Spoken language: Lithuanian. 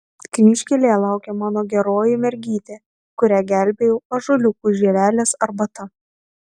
kryžkelėje laukia mano geroji mergytė kurią gelbėjau ąžuoliukų žievelės arbata